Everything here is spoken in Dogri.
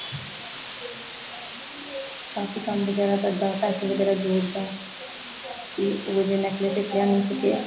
काफी कम्म बगैरा करदा ओह् पैसे बगैरा जोड़दा कि उ'ऐ जेहा इक नेकलेस लेई आनी सकै